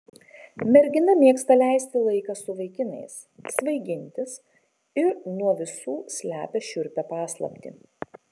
mergina mėgsta leisti laiką su vaikinais svaigintis ir nuo visų slepia šiurpią paslaptį